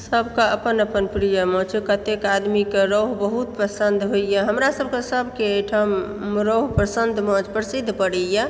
सबके अपन अपन प्रिय माछ छै कतेक आदमीके रौह बहुत पसन्द होइ यऽ हमरा सबके सबके एहिठाम रौह पसन्द माछ प्रसिद्ध पड़ै यऽ